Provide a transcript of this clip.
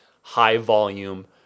high-volume